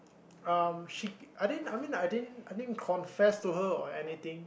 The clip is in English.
um she I didn't I mean I didn't I didn't confess to her or anything